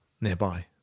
nearby